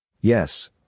Yes